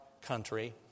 country